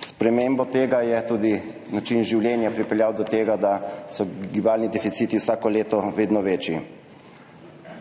S spremembo tega je tudi način življenja pripeljal do tega, da so gibalni deficiti vsako leto vedno večji.